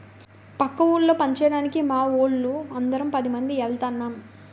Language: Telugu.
పక్క ఊళ్ళో పంచేయడానికి మావోళ్ళు అందరం పదిమంది ఎల్తన్నం